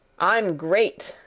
i'm great,